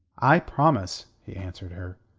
i promise, he answered her.